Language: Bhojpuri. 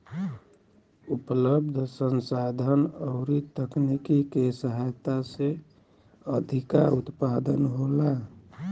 उपलब्ध संसाधन अउरी तकनीकी के सहायता से अधिका उत्पादन होला